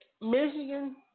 Michigan